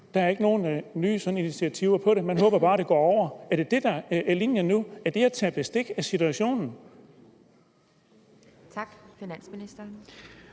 Der er ikke nogen sådan nye initiativer, man håber bare, det går over. Er det det, der er linjen nu? Er det at tage bestik af situationen? Kl. 17:39 Anden